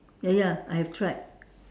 ya ya I have tried